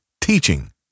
teaching